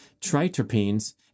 triterpenes